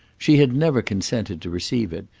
she had never consented to receive it,